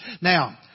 Now